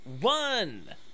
one